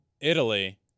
Italy